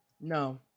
no